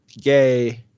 gay